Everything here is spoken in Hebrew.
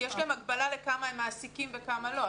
כי יש להם הגבלה כמה הם מעסיקים וכמה לא.